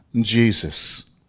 Jesus